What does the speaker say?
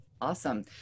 Awesome